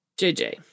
JJ